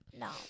no